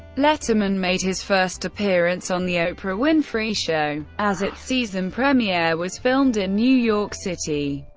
letterman made his first appearance on the oprah winfrey show, as its season premiere was filmed in new york city.